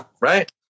right